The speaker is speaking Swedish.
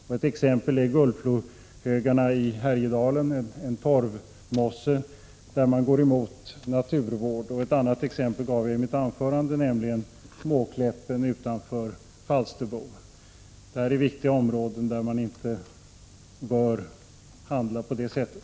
När det gäller Gullhögsfloarna, en torvmosse i Härjedalen, går man emot naturvårdsintressena, och jag gav ett annat exempel i mitt anförande, Måkläppen utanför Falsterbo. Det gäller viktiga områden där man inte skall handla på det sättet.